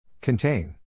Contain